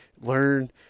learn